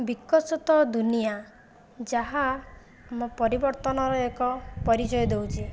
ବିକଶିତ ଦୁନିଆ ଯାହା ଆମ ପରିବର୍ତ୍ତନରେ ଏକ ପରିଚୟ ଦେଉଛି